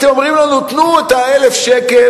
אתם אומרים לנו: תנו את ה-1,000 שקל,